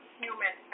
human